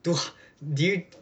two hu~ do you